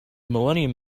millennium